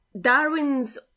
Darwin's